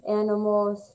animals